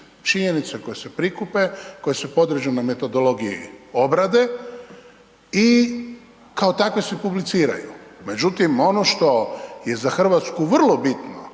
činjenice koje se prikupe, koje su podređene metodologiji obrade i kao takve se i publiciraju. Međutim, ono što je za RH vrlo bitno,